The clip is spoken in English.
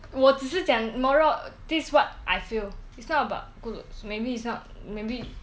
我只是讲 moral this is what I feel it's not about good looks maybe it's not maybe